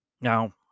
Now